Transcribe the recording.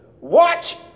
Watch